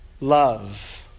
love